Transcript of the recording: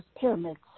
pyramids